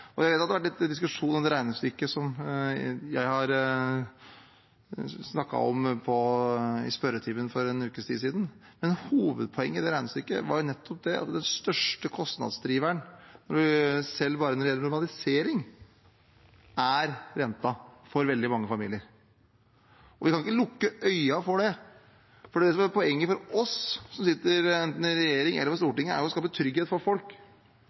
Jeg vet at det har vært litt diskusjon om det regnestykket som jeg snakket om i spørretimen for en ukes tid siden. Men hovedpoenget i det regnestykket var nettopp det at den største kostnadsdriveren, selv bare når det gjelder normalisering, er renten for veldig mange familier. Vi kan ikke lukke øynene for det. Det som er poenget for oss som sitter enten i regjering eller på Stortinget, er å skape trygghet for folk,